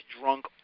drunk